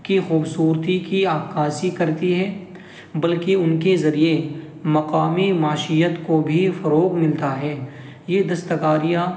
کی خوبصورتی کی عکاسی کرتی ہیں بلکہ ان کے ذریعہ مقامی معشیت کو بھی فروغ ملتا ہے یہ دستکاریاں